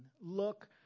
Look